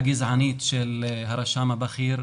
הגזענית של הרשם הבכיר,